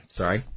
sorry